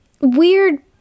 weird